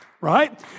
Right